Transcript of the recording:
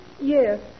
Yes